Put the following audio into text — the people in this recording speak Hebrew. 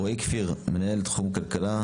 רועי כפיר, מנהל תחום כלכלה